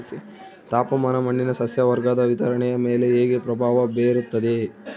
ತಾಪಮಾನ ಮಣ್ಣಿನ ಸಸ್ಯವರ್ಗದ ವಿತರಣೆಯ ಮೇಲೆ ಹೇಗೆ ಪ್ರಭಾವ ಬೇರುತ್ತದೆ?